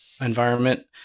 environment